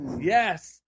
Yes